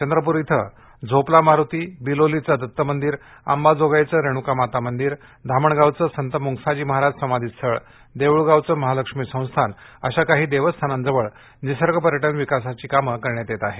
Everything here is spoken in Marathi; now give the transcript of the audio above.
चंद्रपूर इथं झोपला मारूती बिलोलीचे दत्तमंदिर अंबाजोगाईचं रेण्का माता मंदिर धामणगावचं संत मुंगसाजी महाराज समाधी स्थळ देऊळगावचं महालक्ष्मी संस्थान अशा काही देवस्थानांजवळ निसर्ग पर्यटन विकासाची कामं करण्यात येत आहेत